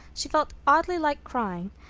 she felt oddly like crying.